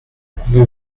pouvez